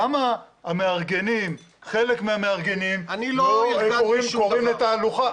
למה המארגנים, חלק מהמארגנים, קוראים לתהלוכה?